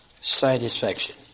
satisfaction